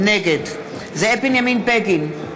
נגד זאב בנימין בגין,